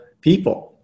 people